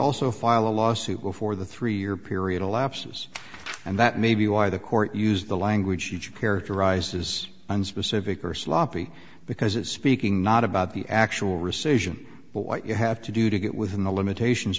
also file a lawsuit before the three year period elapses and that may be why the court used the language you characterized as unspecific or sloppy because it speaking not about the actual rescission but what you have to do to get within the limitations